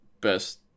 best